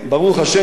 70,000 מסתננים.